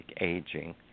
Aging